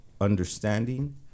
understanding